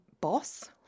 boss